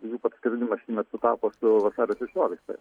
jų parskridimas nesutapo su vasario šešioliktąją